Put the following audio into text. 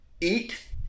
Eat